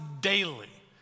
daily